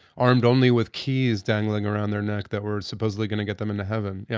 armed only with keys dangling around their neck that were supposedly going to get them into heaven. yeah.